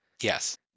Yes